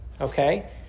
okay